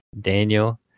Daniel